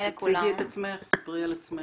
תציגי את עצמך, ספרי על עצמך.